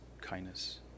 kindness